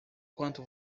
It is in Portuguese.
quanto